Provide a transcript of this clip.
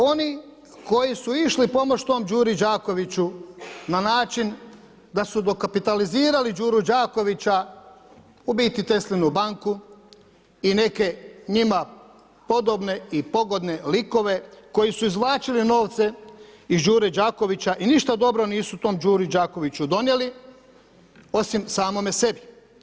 Oni koji su išli pomoći tom Đuri Đakoviću na način da su dokapitalizirali Đuru Đakovića, u biti Teslinu banku i neke njima podobne i pogodne likove koji su izvlačili novce iz Đure Đakovića i ništa dobro nisu tom Đuri Đakoviću donijeli, osim samome sebi.